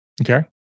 Okay